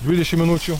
dvidešim minučių